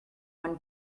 one